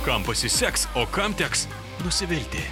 kam pasiseks o kam teks nusivilti